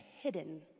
hidden